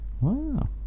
wow